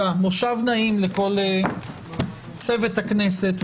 מושב נעים לכל צוות הכנסת,